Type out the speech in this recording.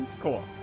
Cool